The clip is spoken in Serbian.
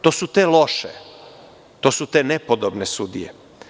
To su te „loše“, to su te „nepodobne“ sudije.